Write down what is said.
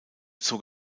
zog